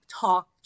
talk